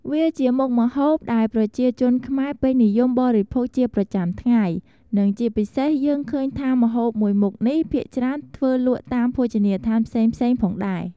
វាជាមុខម្ហូបដែលប្រជាជនខ្មែរពេញនិយមបរិភោគជាប្រចាំថ្ងៃ និងជាពិសេសយើងឃើញថាម្ហូបមួយមុខនេះភាគច្រើនធ្វើលក់តាមភោជនីយដ្ឋានផ្សេងៗផងដែរ។